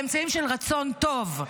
באמצעים של רצון טוב.